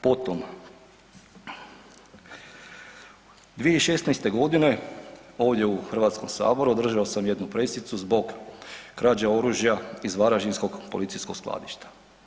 Potom, 2016. godine ovdje u Hrvatskom saboru održao sam jednu pressicu zbog krađe oružja iz varaždinskog policijskog skladišta.